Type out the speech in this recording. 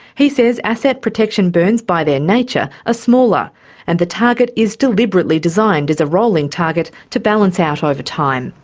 he says asset protection burns by their nature are ah smaller and the target is deliberately designed as a rolling target to balance out over time.